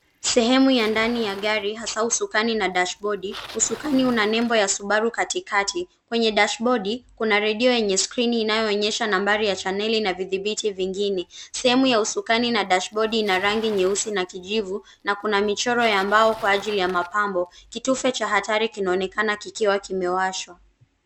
Sehemu ya ndani ya gari hasaa usukani na dashibodi. Usukani una nembo ya subaru katikati. Kwenye dashibodi, kuna redio yenye skrini inayoonyesha nambali ya janeli na vidhibithi vingine. Sehemu ya usukani na dashibodi ina rangi nyeusi na kijivu na kuna michoro ya mbao kwa ajili ya mapambo. Kitufe cha hatari kinaonekana kikiwa kimewashwa.